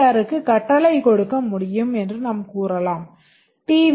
ஆருக்கு கட்டளை கொடுக்க முடியும் என்று நாம் கூறலாம் டி